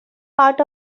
part